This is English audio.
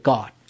God